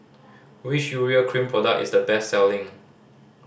which Urea Cream product is the best selling